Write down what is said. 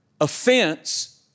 offense